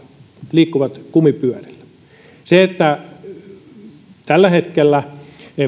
liikkuvat kumipyörillä tällä hetkellä